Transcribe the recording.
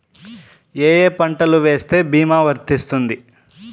ఏ ఏ పంటలు వేస్తే భీమా వర్తిస్తుంది?